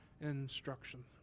instruction